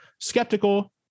skeptical